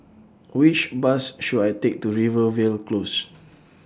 Which Bus should I Take to Rivervale Close